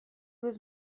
was